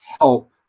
help